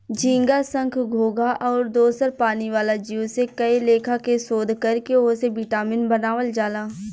झींगा, संख, घोघा आउर दोसर पानी वाला जीव से कए लेखा के शोध कर के ओसे विटामिन बनावल जाला